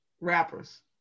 rappers